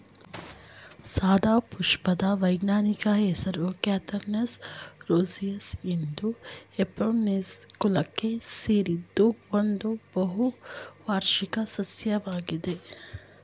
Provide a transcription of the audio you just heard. ಸದಾಪುಷ್ಪದ ವೈಜ್ಞಾನಿಕ ಹೆಸರು Catharanthus roseus ಇದು ಎಪೋಸೈನೇಸಿ ಕುಲಕ್ಕೆ ಸೇರಿದ್ದು ಒಂದು ಬಹುವಾರ್ಷಿಕ ಸಸ್ಯವಾಗಿದೆ